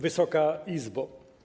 Wysoka Izbo!